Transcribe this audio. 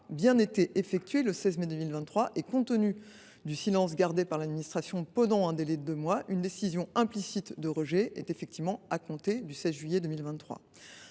bien été effectuée le 16 mai 2023. Compte tenu du silence gardé par l’administration pendant un délai de deux mois, une décision implicite de rejet est née à compter du 16 juillet 2023.